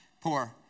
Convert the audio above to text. poor